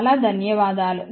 చాలా ధన్యవాదాలు